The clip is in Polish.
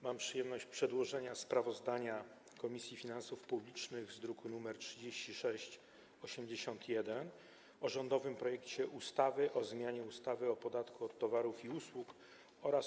Mam przyjemność przedłożenia sprawozdania Komisji Finansów Publicznych z druku nr 3681 o rządowym projekcie ustawy o zmianie ustawy o podatku od towarów i usług oraz